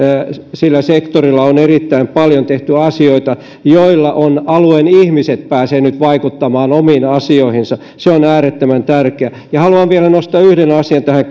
sektorilla on erittäin paljon tehty asioita joiden myötä nyt alueen ihmiset pääsevät vaikuttamaan omiin asioihinsa se on äärettömän tärkeää haluan vielä nostaa yhden asian tähän